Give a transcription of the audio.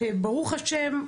ברוך השם,